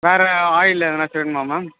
வேற ஆயில் எதனாச்சும் வேணுமா மேம்